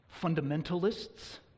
fundamentalists